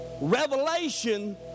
revelation